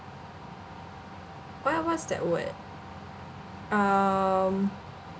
what what's that word um